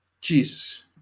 Jesus